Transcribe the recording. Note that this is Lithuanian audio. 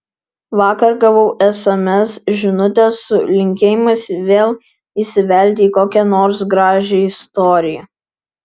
vakar gavau sms žinutę su linkėjimais vėl įsivelti į kokią nors gražią istoriją